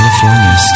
California